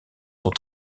sont